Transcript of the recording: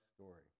story